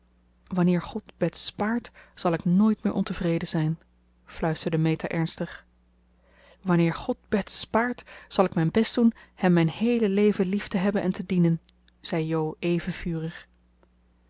wanneer god bets spaart zal ik nooit meer ontevreden zijn fluisterde meta ernstig wanneer god bets spaart zal ik mijn best doen hem mijn heele leven lief te hebben en te dienen zei jo even vurig